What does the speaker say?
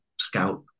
scout